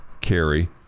carry